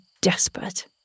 desperate